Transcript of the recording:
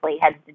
heads